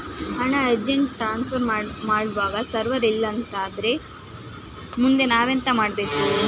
ಹಣ urgent transfer ಮಾಡ್ವಾಗ server ಇಲ್ಲಾಂತ ಆದ್ರೆ ಮುಂದೆ ನಾವೆಂತ ಮಾಡ್ಬೇಕು?